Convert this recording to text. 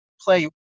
play